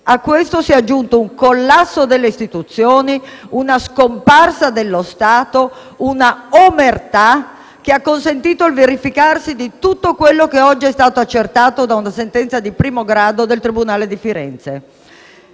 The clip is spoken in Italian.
A questo si è aggiunto un collasso delle istituzioni, una scomparsa dello Stato, una omertà che ha consentito il verificarsi di tutto quello che oggi è stato accertato da una sentenza di primo grado del tribunale di Firenze.